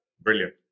brilliant